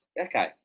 okay